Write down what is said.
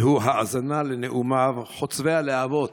והוא האזנה לנאומיו חוצבי הלהבות